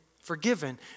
forgiven